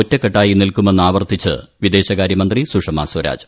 ഒറ്റക്കെട്ടായി നിൽക്കുമെന്ന് ആവർത്തിച്ച് വിദേശകാരൃമന്ത്രി സൂഷമാ സ്വരാജ്